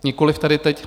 Nikoliv tady teď.